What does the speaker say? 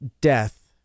death